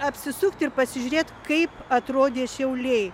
apsisukti ir pasižiūrėt kaip atrodė šiauliai